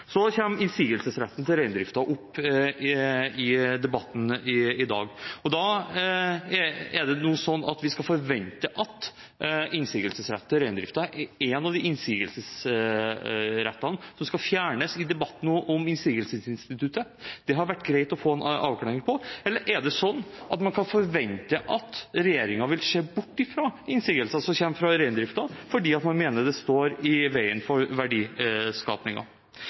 Innsigelsesretten til reindriften kom opp i debatten i dag. Skal vi nå forvente at innsigelsesretten til reindriften er én av de innsigelsesrettene som skal fjernes i debatten om innsigelsesinstituttet? Det hadde vært greit å få en avklaring om det. Eller kan man forvente at regjeringen vil se bort fra innsigelser som kommer fra reindriften, fordi man mener det står i veien for